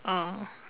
ah